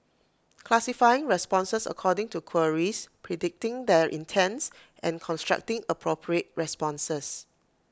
classifying responses according to queries predicting their intents and constructing appropriate responses